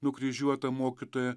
nukryžiuotą mokytoją